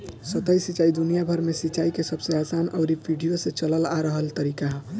सतही सिंचाई दुनियाभर में सिंचाई के सबसे आसान अउरी पीढ़ियो से चलल आ रहल तरीका ह